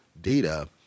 data